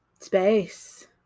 space